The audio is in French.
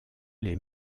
les